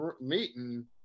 meeting